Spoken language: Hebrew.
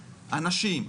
הנשים,